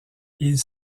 ils